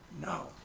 No